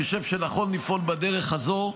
אני חושב שנכון לפעול בדרך הזו.